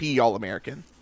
All-American